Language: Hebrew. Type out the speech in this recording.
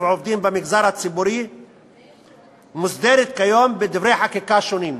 עובדים במגזר הציבורי מוסדרת כיום בדברי חקיקה שונים.